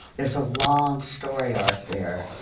there's a long story arc there.